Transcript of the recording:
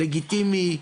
לגיטימי,